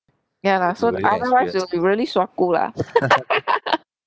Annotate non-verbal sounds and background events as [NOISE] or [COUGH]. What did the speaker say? ya lah so otherwise you'll be really suaku lah [LAUGHS]